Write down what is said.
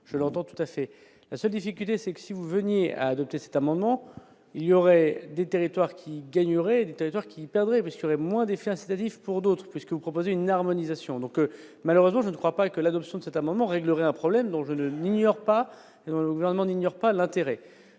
je l'entends tout à fait la seule difficulté, c'est que si vous veniez à adopter cet amendement, il y aurait des territoires qui gagnerait territoire qui perdrait, puisqu'il aurait moins d'effets incitatifs pour d'autres, puisque vous proposer une harmonisation donc, malheureusement, je ne crois pas que l'adoption de cet amendement réglerait un problème dont je ne n'ignore pas au gouvernement, n'ignore pas l'intérêt,